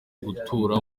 gutura